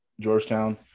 Georgetown